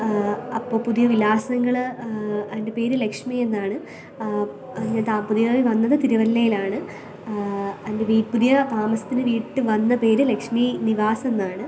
അപ്പോൾ പുതിയ വിലാസങ്ങൾ എന്റെ പേര് ലക്ഷ്മി എന്നാണ് പുതിയതായി വന്നത് തിരുവല്ലയിലാണ് എന്റെ വീട്ട് പുതിയ താമസത്തിന്റെ വീട്ട് വന്ന പേര് ലക്ഷ്മീ നിവാസ് എന്നാണ്